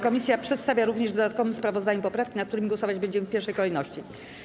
Komisja przedstawia również w dodatkowym sprawozdaniu poprawki, nad którymi głosować będziemy w pierwszej kolejności.